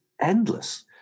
endless